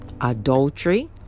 adultery